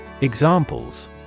Examples